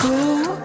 Cool